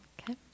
Okay